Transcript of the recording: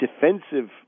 defensive